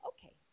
Okay